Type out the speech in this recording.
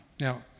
Now